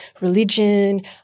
religion